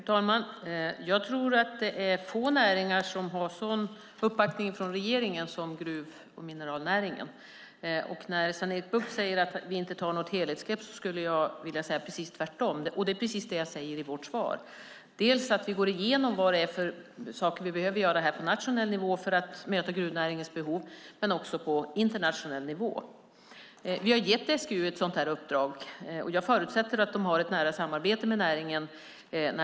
Fru talman! Jag tror att det är få näringar som har sådan uppbackning från regeringen som gruv och mineralnäringen. När Sven-Erik Bucht säger att vi inte tar något helhetsgrepp säger jag att det är precis tvärtom. Det är vad jag sade i mitt svar. Vi går igenom vad som behöver göras på nationell och internationell nivå för att möta gruvnäringens behov. Vi har gett SGU ett sådant uppdrag. Jag förutsätter att de har ett nära samarbete med näringen.